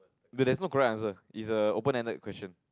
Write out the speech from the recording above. is that there's no correct answer is a open ended question